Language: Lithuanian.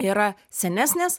yra senesnės